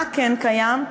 מה כן קיים?